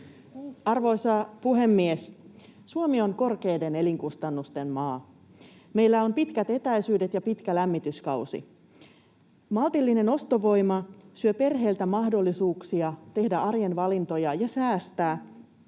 Arvoisa puhemies! Suomi on korkeiden elinkustannusten maa. Meillä on pitkät etäisyydet ja pitkä lämmityskausi. Maltillinen ostovoima syö perheiltä mahdollisuuksia tehdä arjen valintoja ja säästää.